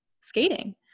skating